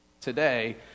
today